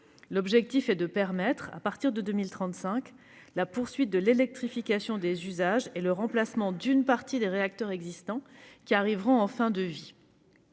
L'objectif est de permettre, à partir de 2035, la poursuite de l'électrification des usages et le remplacement d'une partie des réacteurs existants qui arriveront en fin de vie.